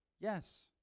Yes